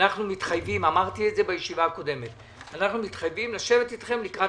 אנחנו מתחייבים אמרתי את זה בישיבה הקודמת לשבת אתכם לקראת